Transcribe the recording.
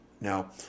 Now